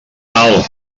tal